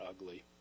ugly